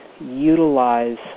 utilize